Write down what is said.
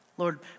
Lord